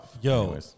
Yo